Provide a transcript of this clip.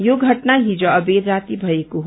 यो घटना हिज अबेर राती भएको हो